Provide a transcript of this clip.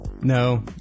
No